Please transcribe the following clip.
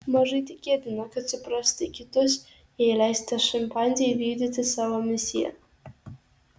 mažai tikėtina kad suprasite kitus jei leisite šimpanzei vykdyti savo misiją